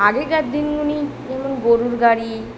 আগেকার দিনগুলি যেমন গরুর গাড়ি